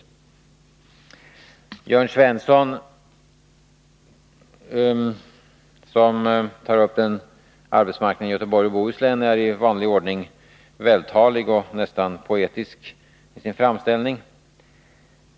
95 Jörn Svensson, som tar upp arbetsmarknaden i Göteborgs och Bohus län, är i vanlig ordning vältalig och nästan poetisk i sin framställning.